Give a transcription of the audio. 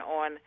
on